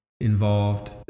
involved